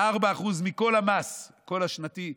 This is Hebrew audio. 4% מכל המס השנתי.